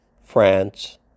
France